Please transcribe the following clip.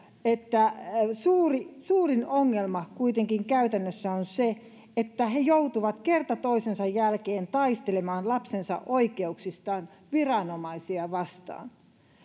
että suurin ongelma kuitenkin käytännössä on se että he joutuvat kerta toisensa jälkeen taistelemaan lapsensa oikeuksista viranomaisia vastaan